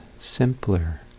simpler